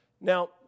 Now